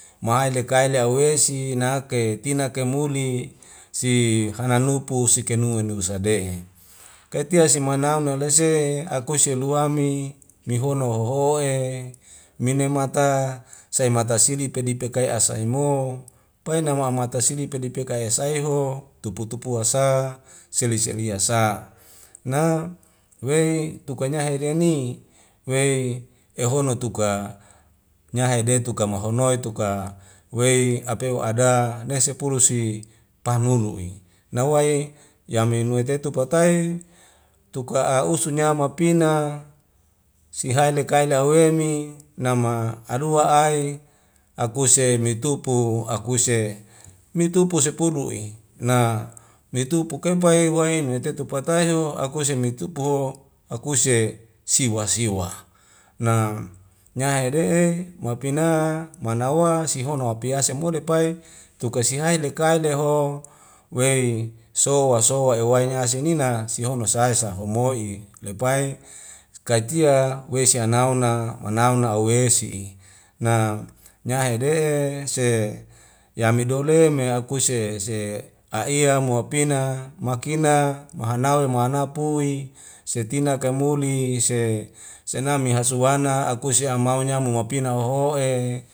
Mahai le kaile awesi nake tina kaimuli si hananupu sikenunu sade kaitie si manaun na lese akuse selua mi mehono hoho'e meme mata saimata silip pedip pekai asa emo'o paina mamata sidi pedipedi pekaes eshay'o tupu tupua sa selia selia sa na wei tukanyahe hedeni wei ehono tuka nyahede tuka mahonoi tuka wei apeu ada nesepulu si pahnunu'i nawai yamim nuwei tetu patai tuka a'usunya ma pina sihae lekae la awemi nama adua ai akuse mitupu akuse mitupu sepudu'i na mitupuk e pai wai natetu patahyo akuse mitupoho akuse siwa siwa na nyahede'e mapina manawa sihono apiase mole pai tuka sehai lekai leho wei soa soa ewai niasinina sihona sae sa homo'i lepai kaitia weisi anau na namauna awesi'i na nya hede'e se yamidole me akuse se a'iya mo'apina makina mahanau i mahanau pui setina kaimuli se senami hasuana akuse amaunya moma pina waho'e